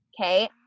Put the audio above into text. Okay